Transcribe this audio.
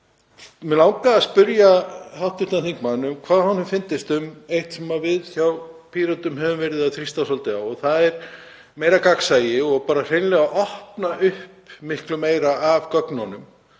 Mig langaði að spyrja hv. þingmann um hvað honum fyndist um eitt sem við hjá Pírötum höfum verið að þrýsta svolítið á og það er meira gagnsæi og bara hreinlega að opna upp miklu meira af gögnunum